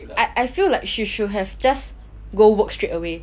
I I feel like she should have just go work straight away